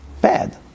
bad